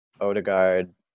Odegaard